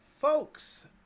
Folks